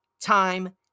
time